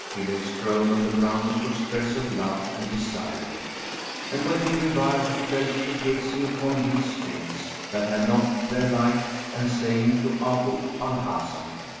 he lay strown on the ground for stress of love and desire and, when he revived, he fell to gazing upon these things that had not their like and saying to abu al-hasan,